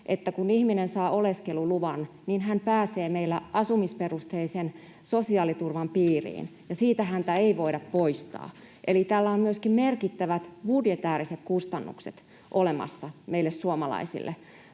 että kun ihminen saa oleskeluluvan, niin hän pääsee meillä asumisperusteisen sosiaaliturvan piiriin ja siitä häntä ei voida poistaa, eli tällä on myöskin merkittävät budjetääriset kustannukset olemassa meille suomalaisille.